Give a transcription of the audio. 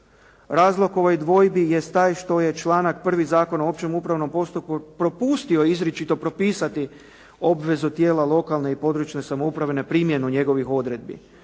Razlog ovoj dvojbi jest taj što je članak 1. Zakona o općem upravnom postupku propustio izričito propisati obvezu tijela lokalne i područne samouprave na primjenu njegovih odredbi.